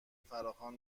فراخوان